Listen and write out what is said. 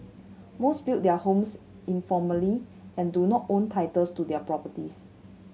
most built their homes informally and do not own titles to their properties